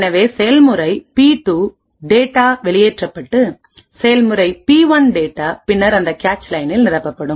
எனவே செயல்முறை பி 2 டேட்டாவெளியேற்றப்பட்டு செயல்முறை பி 1 டேட்டாபின்னர் அந்த கேச் லைனில் நிரப்பப்படும்